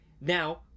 Now